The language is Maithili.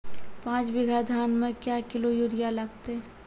पाँच बीघा धान मे क्या किलो यूरिया लागते?